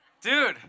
Dude